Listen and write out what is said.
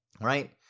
Right